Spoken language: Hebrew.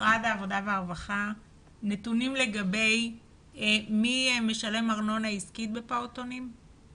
למשרד העבודה והרווחה נתונים לגבי מי משלם ארנונה עסקית בפעוטונים?